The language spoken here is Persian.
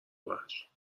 وحش